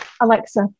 Alexa